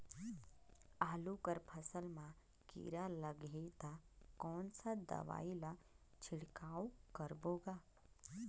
आलू कर फसल मा कीरा लगही ता कौन सा दवाई ला छिड़काव करबो गा?